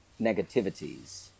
negativities